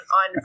on